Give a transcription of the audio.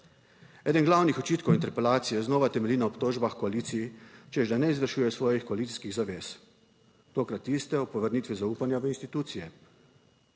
Eden glavnih očitkov interpelacije znova temelji na obtožbah koalicije, češ da ne izvršujejo svojih koalicijskih zavez, tokrat tiste o povrnitvi zaupanja v institucije,